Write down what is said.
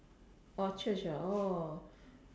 or church ah orh